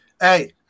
Hey